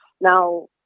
Now